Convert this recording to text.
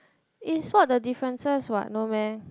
is spot the differences what no meh